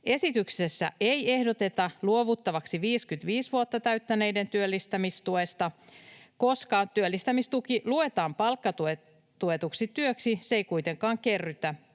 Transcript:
Esityksessä ei ehdoteta luovuttavaksi 55 vuotta täyttäneiden työllistämistuesta. Koska työllistämistuki luetaan palkkatuetuksi työksi, se ei kuitenkaan kerrytä